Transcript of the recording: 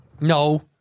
No